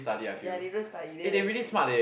ya they don't study then damn cui